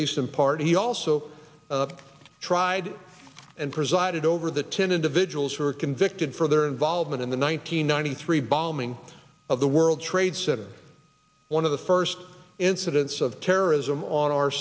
least in part he also tried and presided over the ten individuals who were convicted for their involvement in the one nine hundred ninety three bombing of the world trade center one of the first incidents of terrorism on our